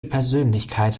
persönlichkeit